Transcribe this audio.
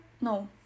no